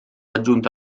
aggiunta